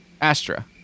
Astra